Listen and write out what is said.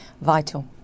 vital